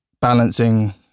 balancing